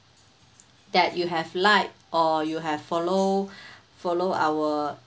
that you have like or you have follow follow our